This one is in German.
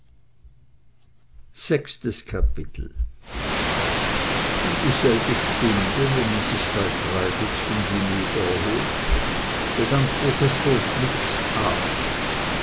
sechstes kapitel um dieselbe stunde wo man sich bei treibels vom diner erhob begann professor schmidts abend